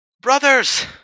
Brothers